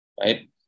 right